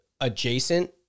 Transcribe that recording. adjacent